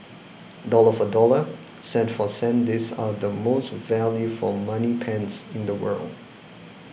dollar for dollar cent for cent these are the most value for money pens in the world